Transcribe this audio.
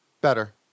Better